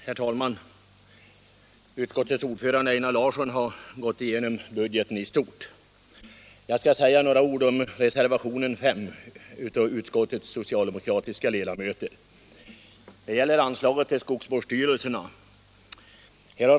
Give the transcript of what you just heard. Herr talman! Utskottets ordförande Einar Larsson har gått igenom budgeten i stort. Jag skall säga några ord om reservationen 5 av utskottets socialdemokratiska ledamöter. Den gäller anslaget till skogsvårdsstyrelserna.